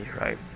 right